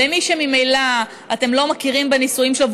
למי שממילא אתם לא מכירים בנישואים שלהם